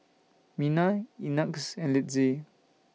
Mena Ignatz and Linzy